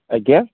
ଆଜ୍ଞା